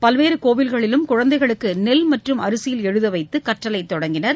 பல்வேறு கோயில்களிலும் குழந்தைகளுக்கு நெல் மற்றும் அரிசியில் எழுத வைத்து கற்றலை தொடங்கினர்